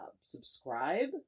subscribe